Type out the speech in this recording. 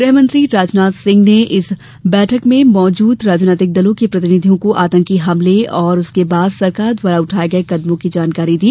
गृह मंत्री राजनाथ सिंह ने इस बैठक में मौजूद राजनीतिक दलों के प्रतिनिधियों को आतंकी हमले और उसके बाद सरकार द्वारा उठाए गए कदमों की जानकारी दी